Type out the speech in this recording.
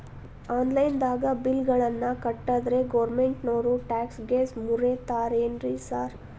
Online ದಾಗ bill ಗಳನ್ನಾ ಕಟ್ಟದ್ರೆ ಗೋರ್ಮೆಂಟಿನೋರ್ ಟ್ಯಾಕ್ಸ್ ಗೇಸ್ ಮುರೇತಾರೆನ್ರಿ ಸಾರ್?